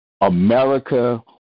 America